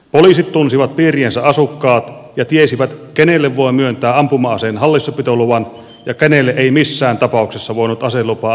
poliisit tunsivat piiriensä asukkaat ja tiesivät kenelle voi myöntää ampuma aseen hallussapitoluvan ja kenelle ei missään tapauksessa voinut aselupaa antaa